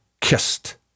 kissed